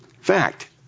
Fact